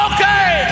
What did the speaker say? Okay